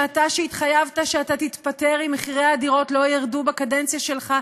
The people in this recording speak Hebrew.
שהתחייבת שתתפטר אם מחירי הדירות לא ירדו בקדנציה שלך,